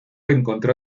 encontró